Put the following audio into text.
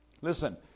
Listen